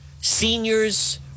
seniors